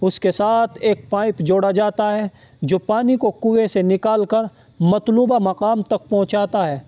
اس کے ساتھ ایک پائپ جوڑا جاتا ہے جو پانی کو کوے سے نکال کر مطلوبہ مقام تک پہنچاتا ہے